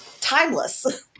timeless